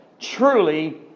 truly